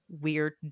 weird